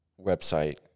website